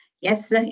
Yes